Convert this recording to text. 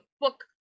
book